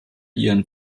ihren